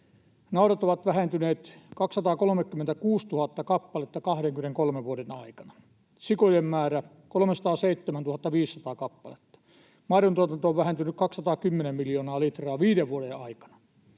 Naudat ovat vähentyneet 236 000 kappaletta 23 vuoden aikana, sikojen määrä 307 500 kappaletta. Maidontuotanto on vähentynyt 210 miljoonaa litraa viiden vuoden aikana.